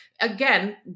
again